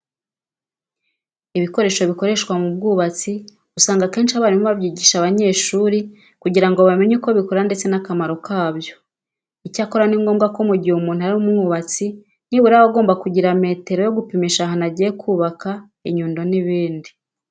Ibikoresho bikoreshwa mu bwubatsi usanga akenshi abarimu babyigisha abanyeshuri kugira ngo bamenye uko bikora ndetse n'akamaro kabyo. Icyakora ni ngombwa ko mu gihe umuntu ari umwubatsi nibura aba agomba kugira metero yo gupimisha ahantu agiye kubaka, inyundo n'ibindi.